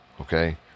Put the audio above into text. okay